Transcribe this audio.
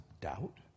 doubt